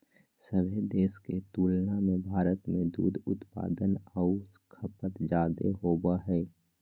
सभे देश के तुलना में भारत में दूध उत्पादन आऊ खपत जादे होबो हइ